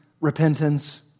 repentance